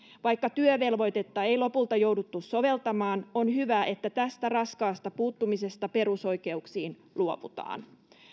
vaikka työvelvoitetta ei lopulta jouduttu soveltamaan on hyvä että tästä raskaasta puuttumisesta perusoikeuksiin luovutaan